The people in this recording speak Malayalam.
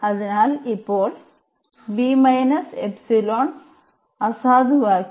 അതിനാൽ ഇപ്പോൾ അസാധുവാക്കി